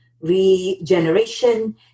regeneration